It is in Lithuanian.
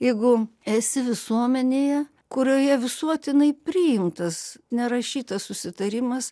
jeigu esi visuomenėje kurioje visuotinai priimtas nerašytas susitarimas